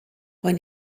when